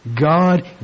God